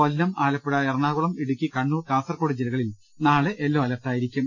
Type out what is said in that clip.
കൊല്ലം ആലപ്പുഴ എറണാകുളം ഇടുക്കി കണ്ണൂർ കാസർകോട് ജില്ലകളിൽ നാളെ യെല്ലോ അലർട്ടായിരിക്കും